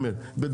ב',